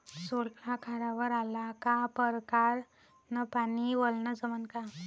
सोला खारावर आला का परकारं न पानी वलनं जमन का?